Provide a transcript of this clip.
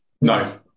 no